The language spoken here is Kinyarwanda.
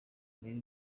ureba